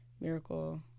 Miracle